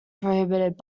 prohibited